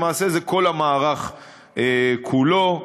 זה כל המערך כולו,